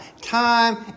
time